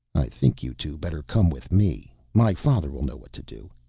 i think you two better come with me, my father will know what to do,